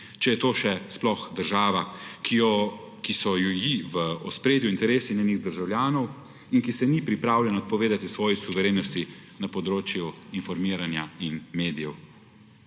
če je to še sploh država, ki so ji v ospredju interesi njenih državljanov in ki se ni pripravljena odpovedati svoji suverenosti na področju informiranja in medijev.